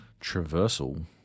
traversal